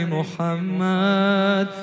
Muhammad